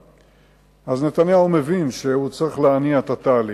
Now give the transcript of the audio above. אז נתניהו מבין שהוא צריך להניע את התהליך,